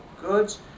goods